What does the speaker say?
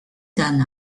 than